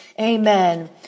amen